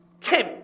Tim